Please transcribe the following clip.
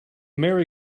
merry